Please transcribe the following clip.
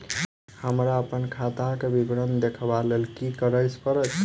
हमरा अप्पन खाताक विवरण देखबा लेल की करऽ पड़त?